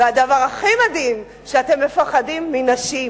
והדבר הכי מדהים, שאתם מפחדים מנשים.